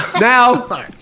now